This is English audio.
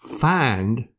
Find